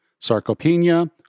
Sarcopenia